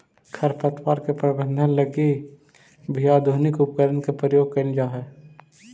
खरपतवार के प्रबंधन लगी भी आधुनिक उपकरण के प्रयोग कैल जा हइ